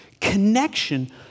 connection